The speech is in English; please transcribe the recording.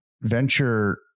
venture